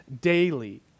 daily